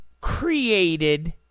created